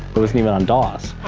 it wasn't even on dos.